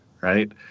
right